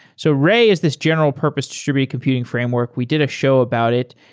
so ray is this general-purpose distributed computing framework. we did a show about it.